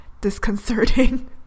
disconcerting